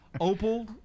Opal